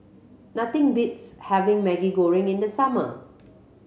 nothing beats having Maggi Goreng in the summer